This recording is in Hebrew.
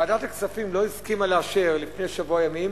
ועדת הכספים לא הסכימה לאשר לפני שבוע ימים